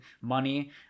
money